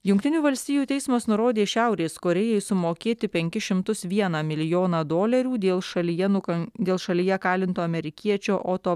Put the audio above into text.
jungtinių valstijų teismas nurodė šiaurės korėjai sumokėti penkis šimtus vieną milijoną dolerių dėl šalyje nukan dėl šalyje kalinto amerikiečio oto